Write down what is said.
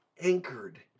anchored